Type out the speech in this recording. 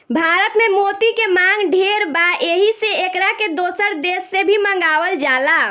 भारत में मोती के मांग ढेर बा एही से एकरा के दोसर देश से भी मंगावल जाला